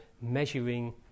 measuring